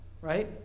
right